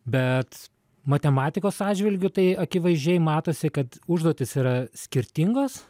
bet matematikos atžvilgiu tai akivaizdžiai matosi kad užduotys yra skirtingos